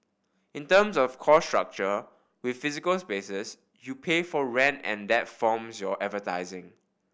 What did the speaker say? in terms of cost structure with physical spaces you pay for rent and that forms your advertising